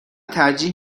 ترجیح